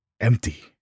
empty